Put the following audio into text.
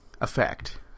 effect